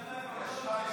שאתה לפחות לא משקר,